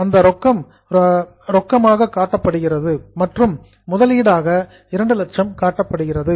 ஆகவே ரொக்கமாக 200000 காட்டப்படுகிறது மற்றும் முதலீடாக 200000 காட்டப்படுகிறது